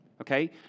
okay